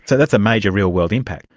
so that's a major real-world impact.